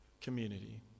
community